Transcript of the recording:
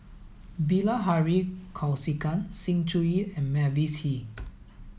Bilahari Kausikan Sng Choon Yee and Mavis Hee